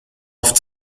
oft